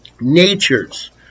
natures